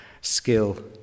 skill